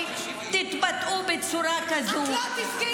את לא תפגעי בחיילים שלנו.